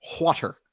Water